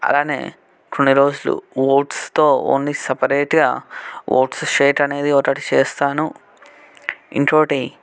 అలానే కొన్ని రోజులు ఓట్స్తో ఓన్లీ సెపరేట్గా ఓట్స్ షేక్ అనేది ఒకటి చేస్తాను ఇంకొకటి